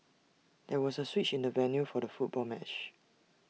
there was A switch in the venue for the football match